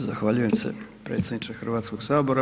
Zahvaljujem se predsjedniče Hrvatskog sabora.